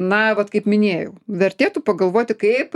na vat kaip minėjau vertėtų pagalvoti kaip